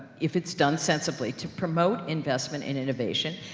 if it's done sensibly to promote investment and innovation,